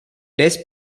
des